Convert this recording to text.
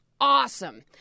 Awesome